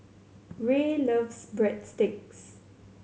Rae loves Breadsticks